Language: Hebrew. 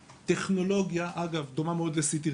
טכנולוגיה, דומה מאוד לסי.טי.